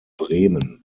bremen